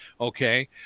Okay